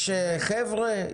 יש חבר'ה.